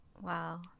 Wow